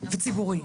וציבורי.